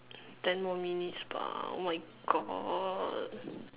ten more minutes per oh my god